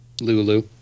Lulu